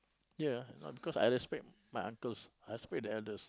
here ah no because I respect my uncles I respect the elders